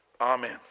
Amen